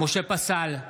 משה פסל,